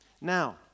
Now